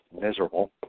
miserable